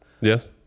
Yes